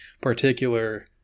particular